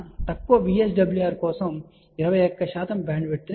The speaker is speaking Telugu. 5 కంటే తక్కువ VSWR కోసం 21 శాతం బ్యాండ్విడ్త్ పొందాము